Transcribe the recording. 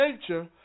nature